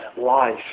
life